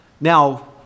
Now